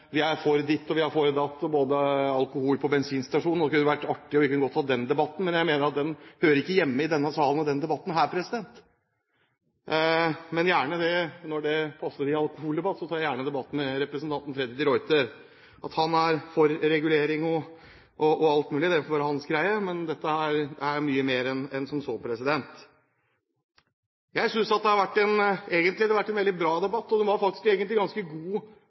vi er for ditt, og vi er for datt – alkohol på bensinstasjoner. Det kunne vært artig, og vi kunne gjerne tatt den debatten, men jeg mener at den ikke hører hjemme i denne salen og i denne debatten. Men gjerne det: Når det passer i en alkoholdebatt, tar jeg gjerne debatt med representanten Freddy de Ruiter. At han er for regulering og alt mulig, får være hans greie, men dette er mye mer enn som så. Jeg synes egentlig at dette har vært en veldig bra debatt. Og starten på de Ruiters innlegg var faktisk ganske god.